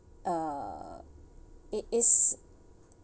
uh it is not not